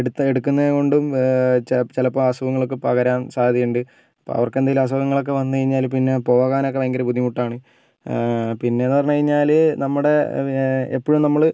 എടുത്ത് എടുക്കുന്നത് കൊണ്ടും ചില ചിലപ്പം അസുഖങ്ങളൊക്കെ പകരാൻ സാധ്യതയുണ്ട് അപ്പോൾ അവർക്കെന്തെങ്കിലും അസുഖങ്ങളൊക്കെ വന്നു കഴിഞ്ഞാൽ പിന്നെ പോകാനൊക്കെ ഭയങ്കര ബുദ്ധിമുട്ടാണ് പിന്നെ എന്ന് പറഞ്ഞുകഴിഞ്ഞാൽ നമ്മുടെ എപ്പോഴും നമ്മൾ